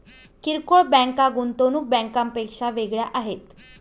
किरकोळ बँका गुंतवणूक बँकांपेक्षा वेगळ्या आहेत